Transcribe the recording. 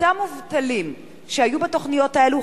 אותם מובטלים שהיו בתוכניות האלה,